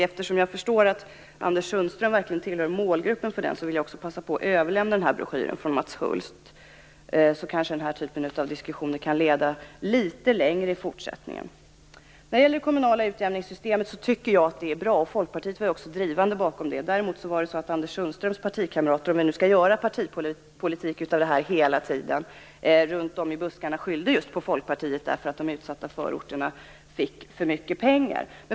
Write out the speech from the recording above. Eftersom jag förstår att Anders Sundström verkligen tillhör målgruppen för den vill jag passa på att överlämna broschyren från Mats Hulth, så kanske den här typen av diskussioner kan leda litet längre i fortsättningen. Vad gäller det kommunala utjämningssystemet tycker jag att det är bra. Folkpartiet var också drivande bakom det. Däremot skyllde Anders Sundströms partikamrater runt om i buskarna hela tiden på just Folkpartiet - om man nu skall göra partipolitik av det hela tiden - för att de utsatta förorterna fick för mycket pengar.